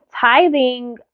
tithing